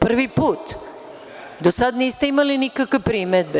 Prvi put, do sada niste imali nikakve primedbe.